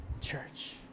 Church